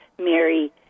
Mary